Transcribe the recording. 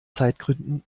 zeitgründen